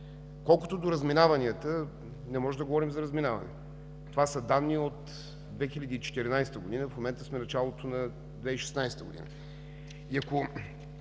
Колкото до разминаванията, не можем да говорим за разминавания. Това са данни от 2014 г., а в момента сме в началото на 2016 г.